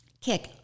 kick